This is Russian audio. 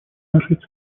нашей